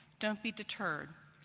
don't be deterred.